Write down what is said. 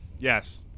Yes